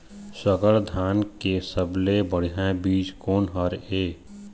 संकर धान के सबले बढ़िया बीज कोन हर ये?